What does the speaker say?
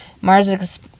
Mars